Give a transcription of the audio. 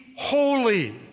holy